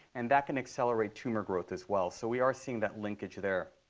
and that can accelerate tumor growth as well. so we are seeing that linkage there.